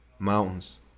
Mountains